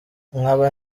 nkaba